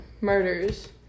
murders